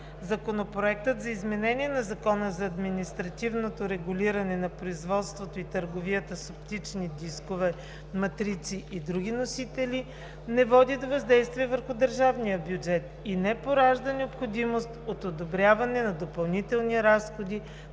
Законопроектът за изменение на Закона за административното регулиране на производството и търговията с оптични дискове, матрици и други носители не води до въздействие върху държавния бюджет и не поражда необходимост от одобряване на допълнителни разходи,